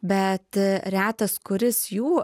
bet retas kuris jų